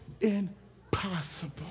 impossible